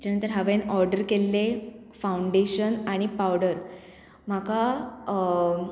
तेच्या नंतर हांवें ऑर्डर केल्लें फावंडेशन आनी पावडर म्हाका